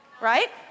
Right